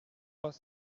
trois